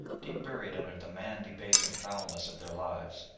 deep buried under the man-debasing foulness of their lives,